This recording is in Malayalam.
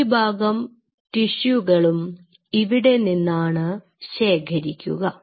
ഭൂരിഭാഗം ടിഷ്യുകളും ഇവിടെ നിന്നാണ് ശേഖരിക്കുക